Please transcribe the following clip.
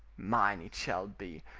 mine it shall be!